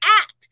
act